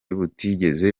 butigeze